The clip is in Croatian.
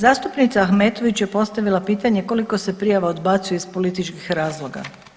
Zastupnica Ahmetović je postavila pitanje koliko se prijava odbacuje iz političkih razlog.